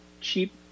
cheap